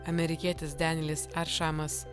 amerikietis denlis aršamas